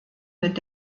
mit